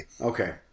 Okay